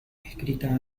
escrita